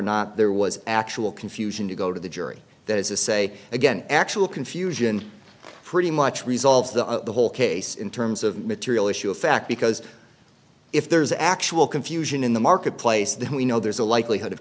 not there was actual confusion to go to the jury that is to say again actual confusion pretty much resolves the whole case in terms of material issue of fact because if there's actual confusion in the marketplace then we know there's a likelihood of